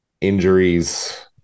injuries